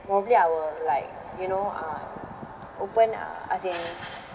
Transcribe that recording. probably I will like you know uh open uh as in